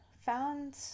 found